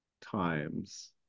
times